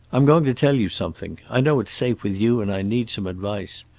i'm going to tell you something. i know it's safe with you, and i need some advice.